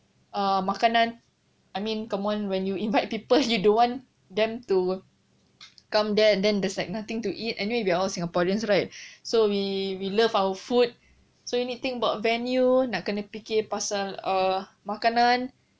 ah makanan I mean come on I mean when you invite people you don't want them to come there and then there's like nothing to eat anyway we're all singaporeans right so we we love our food so we need think about venue nak kena fikir pasal uh makanan